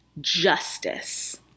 justice